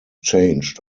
changed